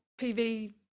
pv